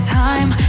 time